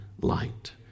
light